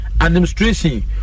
Administration